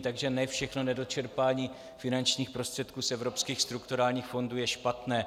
Takže ne všechno nedočerpání finančních prostředků z evropských strukturálních fondů je špatné.